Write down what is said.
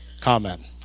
comment